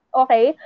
okay